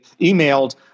emailed